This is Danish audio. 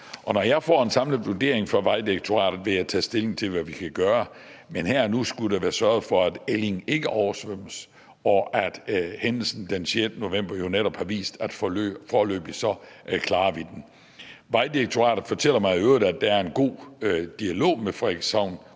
når jeg får en samlet vurdering fra Vejdirektoratet, tage stilling til, hvad vi kan gøre. Men her og nu skulle der være sørget for, at Elling ikke oversvømmes, og hændelsen den 6. november har jo netop vist, at vi foreløbig klarer den. Vejdirektoratet fortæller mig i øvrigt, at der er en god dialog med Frederikshavn